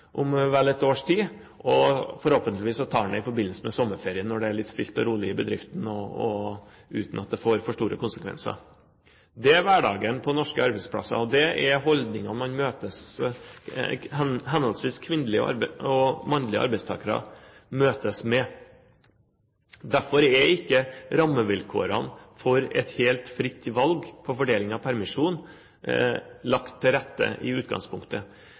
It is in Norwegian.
om vel et års tid, og forhåpentligvis tar han det i forbindelse med sommerferien når det er litt stilt og rolig i bedriften, og uten at det får for store konsekvenser. Dette er hverdagen på norske arbeidsplasser. Det er holdninger henholdsvis kvinnelige og mannlige arbeidstakere møtes med. Derfor er ikke rammevilkårene for et helt fritt valg av fordeling av permisjon lagt til rette i utgangspunktet.